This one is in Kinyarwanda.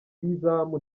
y’izamu